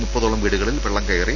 മുപ്പതോളം വീടുകളിൽ വെള്ളം കയറി